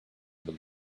would